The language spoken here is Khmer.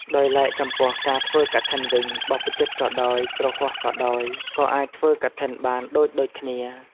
ដោយឡែកចំពោះការធ្វើកឋិនវិញបព្វជិតក៏ដោយ គ្រហស្ថក៏ដោយ ក៏អាចធ្វើកឋិនបានដូចៗគ្នា។